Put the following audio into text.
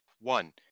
One